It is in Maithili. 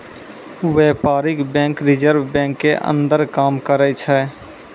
व्यपारीक बेंक रिजर्ब बेंक के अंदर काम करै छै